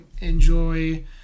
enjoy